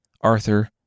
Arthur